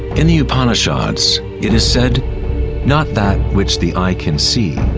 in the upanishads it is said not that which the eye can see,